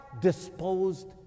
disposed